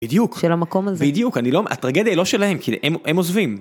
בדיוק. של המקום הזה. בדיוק, הטרגדיה היא לא שלהם, כי הם עוזבים.